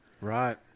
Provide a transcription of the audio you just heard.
Right